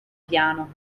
piano